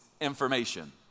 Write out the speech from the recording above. information